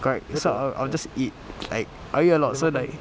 correct so I'll I'll just eat like I'll eat a lot so like